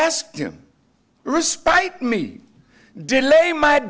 asked him respect me delay my